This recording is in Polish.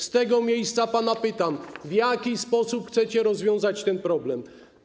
Z tego miejsca pana pytam: W jaki sposób chcecie rozwiązać ten problem?